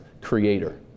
Creator